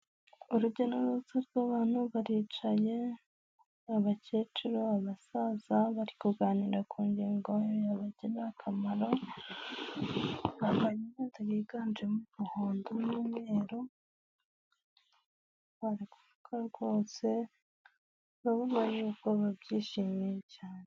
Urujya n'uruza rw'abantu baricaye abakecuru, abasaza bari kuganira ku ngingo y'abagirira akamaro bava inyota yiganjemo umuhondo n'umweru bakutse rwose urabona y'uko babyishimiye cyane.